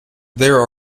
there